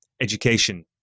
education